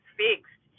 fixed